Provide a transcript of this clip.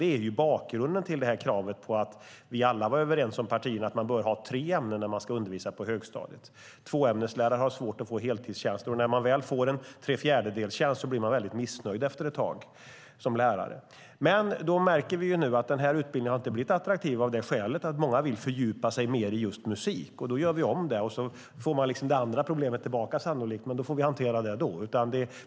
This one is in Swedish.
Det är bakgrunden till kravet, som vi i alla partier var överens om, på att man bör ha tre ämnen när man ska undervisa på högstadiet. Tvåämneslärare har svårt att få heltidstjänster, och när man väl får en trefjärdedelstjänst blir man som lärare väldigt missnöjd efter ett tag. Nu märker vi att den här utbildningen inte har blivit attraktiv av det skälet att många vill fördjupa sig mer i just musik. Därför gör vi om den. Då får man sannolikt tillbaka det andra problemet, men det får vi hantera då.